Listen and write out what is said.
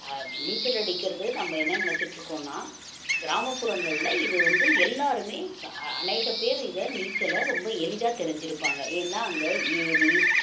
நீச்சல் அடிக்கிறது நம்ப என்ன நினச்சிட்ருக்கோன்னா கிராமப்புறங்களில் இது வந்து எல்லோருமே அ அநேகப் பேர் இதிய நீச்சலை ரொம்ப எளிதாக தெரிஞ்சுருப்பாங்க ஏன்னால் அங்கே ஏரி